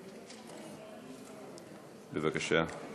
בבקשה.